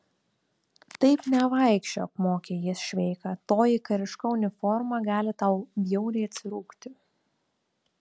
taip nevaikščiok mokė jis šveiką toji kariška uniforma gali tau bjauriai atsirūgti